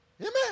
amen